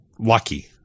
lucky